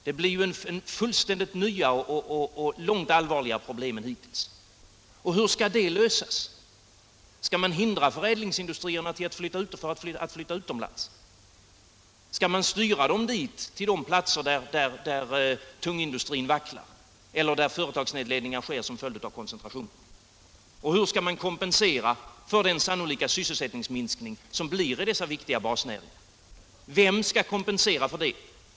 Det blir där ju fullständigt nya och långt allvarligare problem än hittills, och hur skall de problemen lösas? Skall man hindra förädlingsindustrierna att flytta utomlands, skall man styra dem till de platser där den tunga industrin vacklar eller där företagsnedläggningar sker som följd av koncentrationen? Och hur skall man kompensera den sannolika sysselsättningsminskning, som kommer att uppstå i dessa viktiga basnäringar? Vem skall kompensera för detta?